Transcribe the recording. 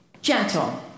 gentle